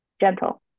gentle